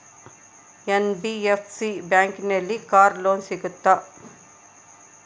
NBFC ಬ್ಯಾಂಕಿನಲ್ಲಿ car loan ಸಿಗುತ್ತಾ?